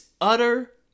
utter